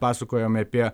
pasakojome apie